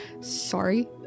Sorry